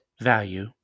value